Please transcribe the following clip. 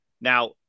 Now